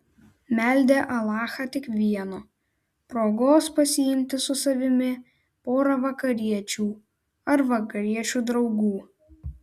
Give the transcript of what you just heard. meldė alachą tik vieno progos pasiimti su savimi porą vakariečių ar vakariečių draugų